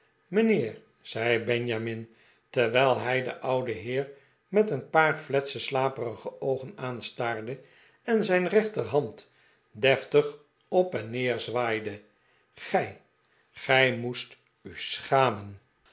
mijnheer zei benjamin terwijl hij den ouden heer met een paar fletse slaperige oogen aanstaarde en zijn rechterhand deftig op en neer zwaaide gij gij moest u schamen